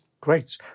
Great